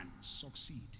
succeed